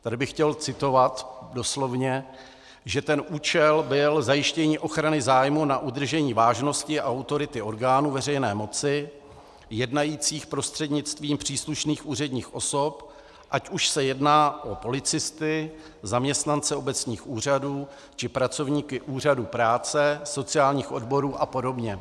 Tady bych chtěl citovat doslovně, že účel byl zajištění ochrany zájmu na udržení vážnosti a autority orgánů veřejné moci, jednajících prostřednictvím příslušných úředních osob, ať už se jedná o policisty, zaměstnance obecních úřadů či pracovníky úřadu práce, sociálních odborů apod.